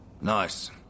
Nice